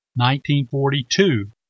1942